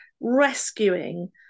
rescuing